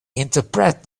interpret